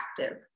active